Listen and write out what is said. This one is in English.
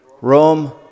Rome